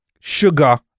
sugar